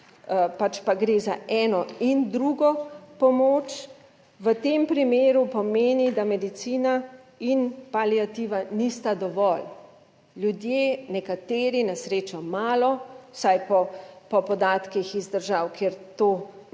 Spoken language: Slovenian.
pač pa gre za eno in drugo pomoč. V tem primeru pomeni, da medicina in paliativa nista dovolj. Ljudje nekateri na srečo malo, vsaj po podatkih iz držav, kjer to obliko